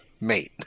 mate